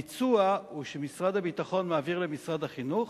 הביצוע הוא שמשרד הביטחון מעביר למשרד החינוך,